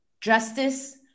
justice